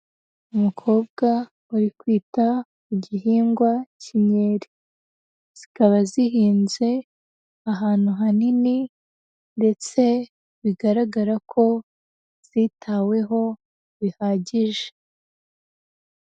Umukobwa uri kwita ku gihingwa k'inkeri, zikaba zihinze ahantu hanini ndetse bigaragara ko zitaweho bihagije.